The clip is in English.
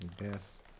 Yes